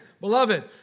Beloved